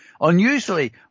Unusually